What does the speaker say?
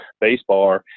baseball